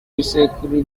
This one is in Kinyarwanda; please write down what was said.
ibisekuru